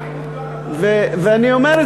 ואני אומר,